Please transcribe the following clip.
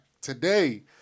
today